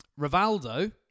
Rivaldo